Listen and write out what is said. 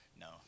No